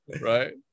Right